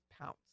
pounce